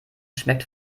schmeckt